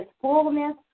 fullness